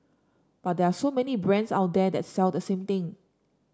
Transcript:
but there are so many brands out there that sell the same thing